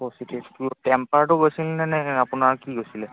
টেম্পাৰটো গৈছিল নে নে আপোনাৰ কি গৈছিলে